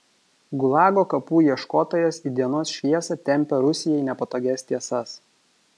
gulago kapų ieškotojas į dienos šviesą tempia rusijai nepatogias tiesas